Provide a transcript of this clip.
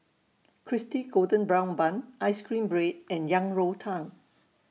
Crispy Golden Brown Bun Ice Cream Bread and Yang Rou Tang